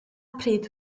pryd